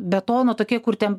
betono tokie kur ten